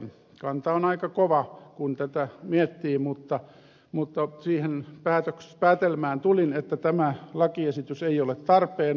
kanta on aika kova kun tätä miettii mutta siihen päätelmään tulin että tämä lakiesitys ei ole tarpeen